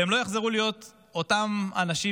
ולא בקלות הם יחזרו להיות אותם אנשים,